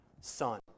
son